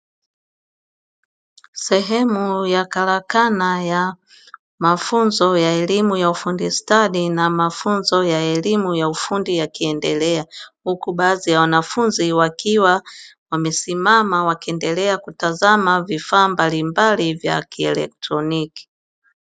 Sehemu ya karakana ya mafunzo ya elimu ya ufundi stadi na mafunzo ya elimu ya ufundi yakiendelea, huku baadhi ya wanafunzi wakiwa wamesimama wakiendelea kutazama vifaa mbalimbali vya kielektroniki.